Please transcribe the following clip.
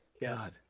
god